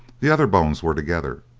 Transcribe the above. the other bones were together,